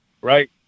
right